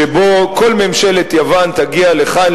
שבו כל ממשלת יוון תגיע לכאן,